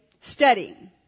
studying